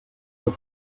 tot